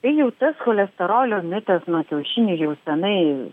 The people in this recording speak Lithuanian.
tai jau tas cholesterolio mitas nuo kiaušinių jau senai